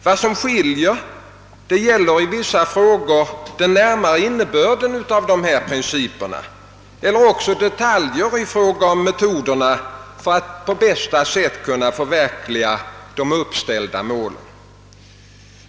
Vad som skiljer gäller i vissa frågor den närmare innebörden av dessa principer eller också detaljer i fråga om metoderna för att på bästa sätt kunna förverkliga de uppställda målen.